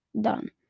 Done